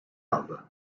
aldı